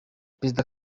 perezida